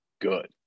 good